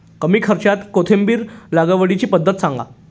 कमी खर्च्यात कोथिंबिर लागवडीची पद्धत सांगा